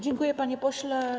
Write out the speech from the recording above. Dziękuję, panie pośle.